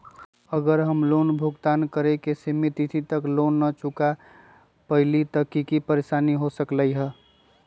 अगर हम लोन भुगतान करे के सिमित तिथि तक लोन न चुका पईली त की की परेशानी हो सकलई ह?